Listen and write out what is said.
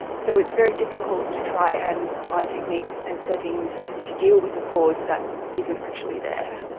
so it's very difficult to try and find techniques and settings to deal with a cause that isn't actually there.